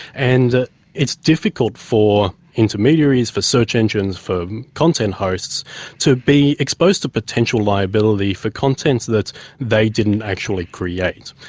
and it's difficult for intermediaries for search engines, for content hosts to be exposed to potential liability for content that they didn't actually create.